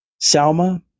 Salma